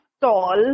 tall